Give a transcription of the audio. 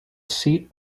seat